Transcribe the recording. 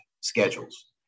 schedules